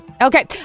Okay